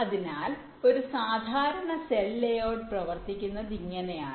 അതിനാൽ ഒരു സാധാരണ സെൽ ലേഔട്ട് പ്രവർത്തിക്കുന്നത് ഇങ്ങനെയാണ്